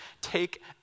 take